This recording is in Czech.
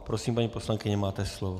Prosím, paní poslankyně, máte slovo.